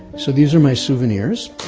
so these are my souvenirs,